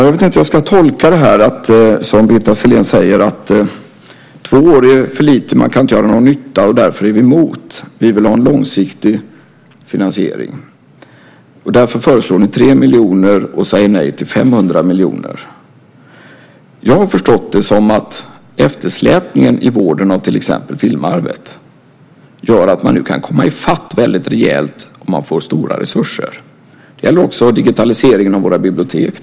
Jag vet inte hur jag ska tolka det Birgitta Sellén säger om att två år är för lite, man kan inte göra någon nytta och därför är ni emot. Ni vill ha en långsiktig finansiering, och därför föreslår ni 3 miljoner och säger nej till 500 miljoner. Jag har förstått det som att eftersläpningen i vården av exempelvis filmarvet gör att man nu kan komma i fatt rejält om man får stora resurser. Det gäller också digitaliseringen av våra bibliotek.